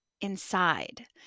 inside